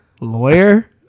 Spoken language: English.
lawyer